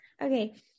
Okay